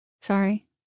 Sorry